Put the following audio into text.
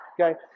okay